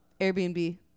Airbnb